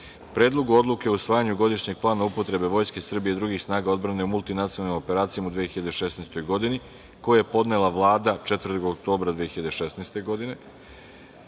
Predlogu odluke o usvajanju godišnjeg plana upotrebe Vojske Srbije i drugih snaga odbrane u multinacionalnim operacijama u 2016. godini, koji je podnela Vlada 4. oktobra 2016.